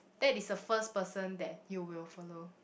that is the first person that you will follow